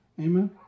Amen